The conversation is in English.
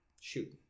shoot